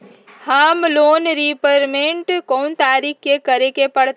हमरा loan repayment कोन तारीख के करे के परतई?